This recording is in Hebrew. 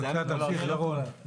בבקשה, תמשיך, ירון.